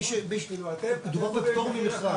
מדובר בפטור ממכרז.